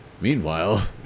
Meanwhile